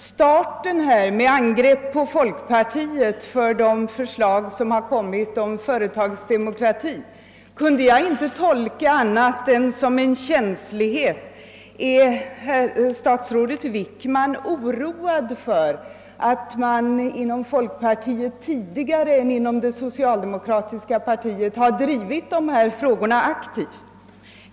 Starten med angrepp på folkpartiet för de förslag som har framlagts om företagsdemokrati kunde jag inte tolka annat än som att statsrådet Wickman var oroad för att man inom folkpartiet tidigare än inom det socialdemokratiska partiet har drivit dessa frågor aktivt.